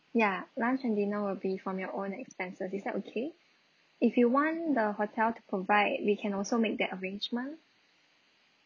ya lunch and dinner will be from your own expenses is that okay if you want the hotel to provide we can also make the arrangement